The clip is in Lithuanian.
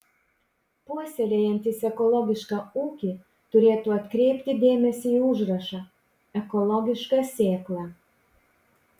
puoselėjantys ekologišką ūkį turėtų atkreipti dėmesį į užrašą ekologiška sėkla